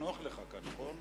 נוח לך כאן, נכון?